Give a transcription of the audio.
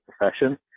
profession